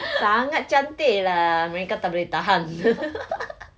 sangat cantik lah mereka tak boleh tahan